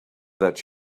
that